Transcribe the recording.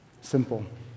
Simple